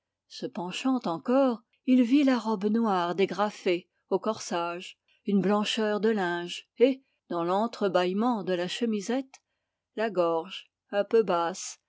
se penchant encore il vit la robe noire dégrafée au corsage une blancheur de linge et dans l'entrebâillement de la chemisette la gorge un peu basse